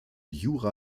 jura